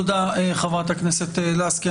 תודה, חברת הכנסת לסקי.